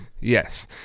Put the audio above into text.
Yes